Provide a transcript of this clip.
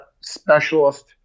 specialist